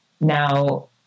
Now